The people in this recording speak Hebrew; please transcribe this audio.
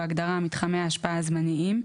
בהגדרה "מתחמי ההשפעה הזמניים",